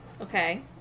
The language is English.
Okay